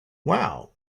wow